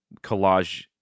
collage